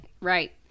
Right